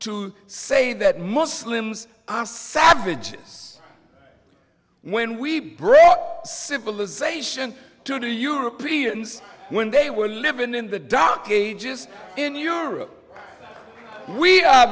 to say that muslims are savages when we brought civilization to do europeans when they were living in the dark ages in europe we